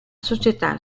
società